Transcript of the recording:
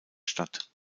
statt